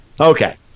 Okay